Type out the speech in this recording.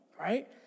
right